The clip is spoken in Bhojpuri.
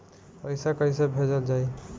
पैसा कैसे भेजल जाइ?